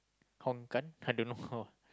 hong gan I don't know